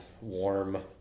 warm